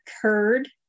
occurred